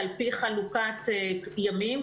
על פי חלוקת ימים.